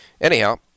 Anyhow